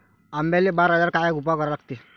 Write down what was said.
आंब्याले बार आल्यावर काय उपाव करा लागते?